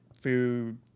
food